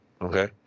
Okay